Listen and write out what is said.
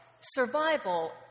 survival